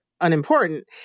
unimportant